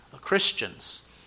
Christians